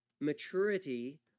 Maturity